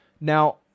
Now